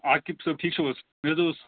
عأقِب صٲب ٹھیٖک چھِو حظ مےٚ حظ اوس